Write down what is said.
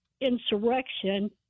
insurrection